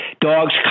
dogs